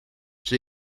czy